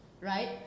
Right